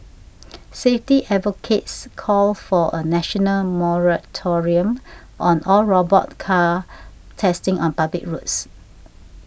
safety advocates called for a national moratorium on all robot car testing on public roads